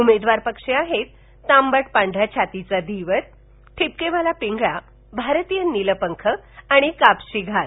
उमेदवार पक्षी आहेत तांबट पांढऱ्या छातीचा धीवर ठिपकेवाला पिंगळा भारतीय निलपंख आणि कापशी घार